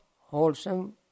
wholesome